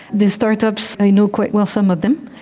the start-ups i know quite well, some of them.